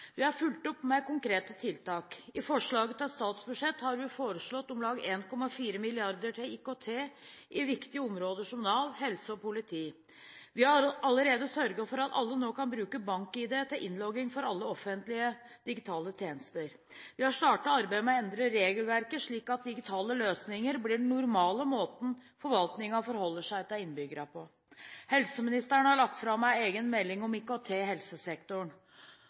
Vi har fulgt opp med konkrete tiltak. I forslaget til statsbudsjett har vi foreslått om lag 1,4 mrd. kr til IKT til viktige områder som Nav, helse og politiet. Vi har allerede nå sørget for at alle kan bruke BankID til innlogging for alle offentlige digitale tjenester. Vi har startet arbeidet med å endre regelverket, slik at digitale løsninger blir den normale måten forvaltningen forholder seg til innbyggerne på. Helseministeren har lagt fram en egen melding om IKT i helsesektoren.